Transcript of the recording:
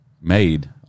made –